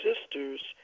sisters